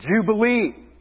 Jubilee